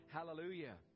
Hallelujah